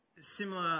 Similar